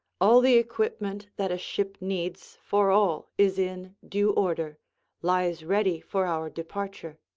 all the equipment that a ship needs for all is in due order lies ready for our departure.